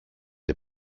the